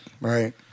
right